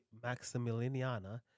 maximiliana